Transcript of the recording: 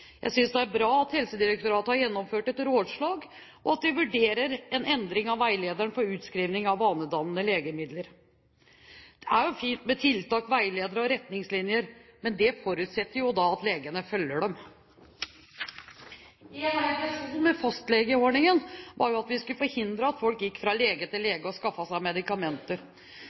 Jeg synes det er bra at Helsedirektoratet har gjennomført et rådslag, og at de vurderer en endring av veilederen for forskrivning av vanedannende legemidler. Det er fint med tiltak, veiledere og retningslinjer, men det forutsetter jo at legene følger dem. En av intensjonene med fastlegeordningen var at vi skulle forhindre at folk gikk fra lege til lege og skaffet seg medikamenter.